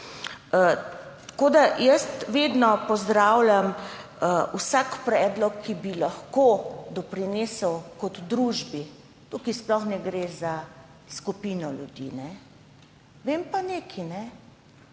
sekirali. Jaz vedno pozdravljam vsak predlog, ki bi lahko doprinesel družbi. Tukaj sploh ne gre za skupino ljudi. Vem pa nekaj, to